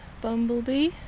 bumblebee